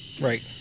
Right